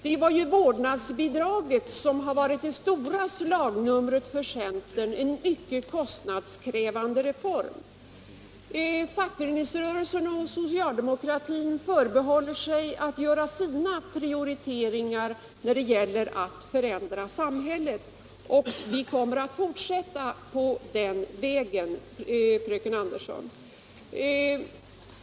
Det är ju vårdnadsbidraget som har varit det stora slagnumret för centern, en mycket kostnadskrävande reform. Fackföreningsrörelsen och socialdemokratin förbehåller sig att göra sina prioriteringar när det gäller att förändra samhället, och vi kommer att fortsätta på den vägen, fröken Andersson.